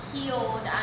healed